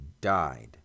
died